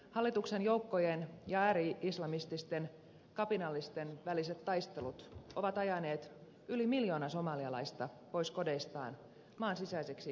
hallituksen joukkojen ja ääri islamististen kapinallisten väliset taistelut ovat ajaneet yli miljoona somalialaista pois kodeistaan maan sisäisiksi pakolaisiksi